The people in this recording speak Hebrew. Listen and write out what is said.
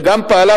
וגם פעלה,